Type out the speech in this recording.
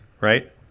right